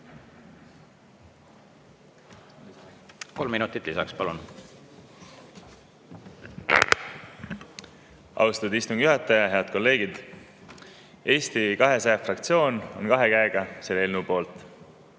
Kolm minutit lisaks, palun! Austatud istungi juhataja! Head kolleegid! Eesti 200 fraktsioon on kahe käega selle eelnõu poolt.